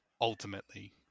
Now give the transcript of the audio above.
ultimately